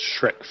Shrek